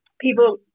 People